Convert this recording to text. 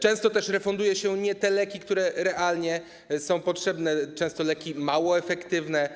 Często też refunduje się nie te leki, które realnie są potrzebne, często leki mało efektywne,